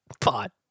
pot